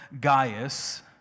Gaius